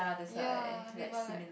ya we were like